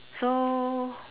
so